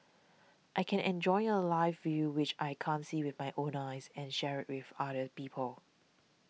I can enjoy a live view which I can't see with my own eyes and share with other people